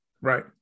right